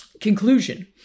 conclusion